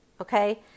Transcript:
okay